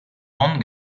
ron